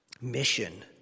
mission